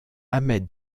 ahmed